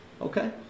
Okay